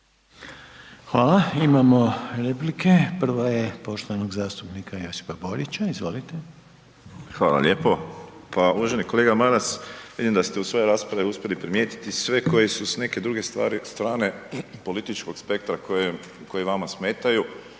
Hvala, imamo replike, prva je poštovanog zastupnika Josipa Borića, izvolite. **Borić, Josip (HDZ)** Hvala lijepo, pa uvaženi kolega Maras, vidim da ste u svojoj raspravi uspjeli primijetiti sve koji su s neke druge strane političkog spektra koje, koji vama smetaju